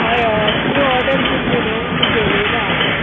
हय हय तूं ऑर्डर केल्ली न्हू ती घेवन येल्या हांव